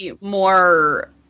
more